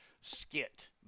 skit